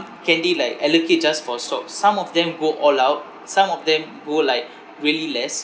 can they like allocate just for stocks some of them go all out some of them go like really less